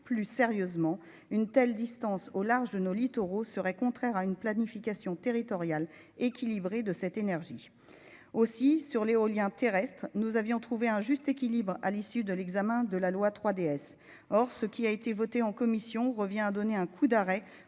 plus sérieusement une telle distance au large de nos littoraux serait contraire à une planification territoriale équilibrée de cette énergie aussi sur l'éolien terrestre, nous avions trouvé un juste équilibre à l'issue de l'examen de la loi 3DS or, ce qui a été votée en commission revient à donner un coup d'arrêt